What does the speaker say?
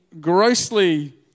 grossly